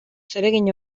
zeregin